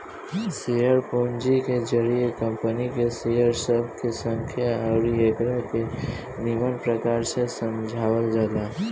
share पूंजी के जरिए कंपनी के शेयर सब के संख्या अउरी एकरा के निमन प्रकार से समझावल जाला